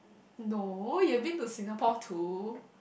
no you have been to Singapore too